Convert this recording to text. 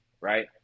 right